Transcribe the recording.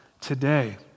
today